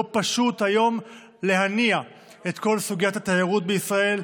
לא פשוט היום להניע את כל סוגיית התיירות בישראל,